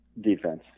Defense